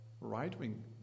right-wing